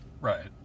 Right